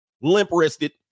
limp-wristed